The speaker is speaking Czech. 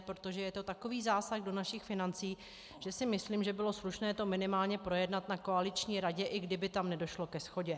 Protože je to takový zásah do našich financí, že si myslím, že by bylo slušné to minimálně projednat na koaliční radě, i kdyby tam nedošlo ke shodě.